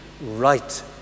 right